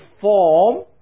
form